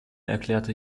erklärte